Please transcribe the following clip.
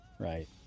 Right